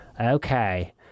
okay